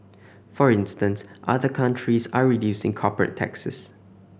for instance other countries are reducing corporate taxes